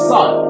Sun